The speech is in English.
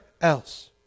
else